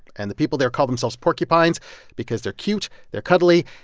and the people there call themselves porcupines because they're cute, they're cuddly,